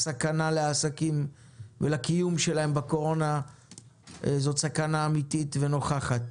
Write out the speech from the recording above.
הסכנה לעסקים ולקיום שלהם בקורונה זאת סכנה אמיתית ונוכחת.